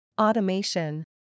Automation